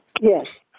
Yes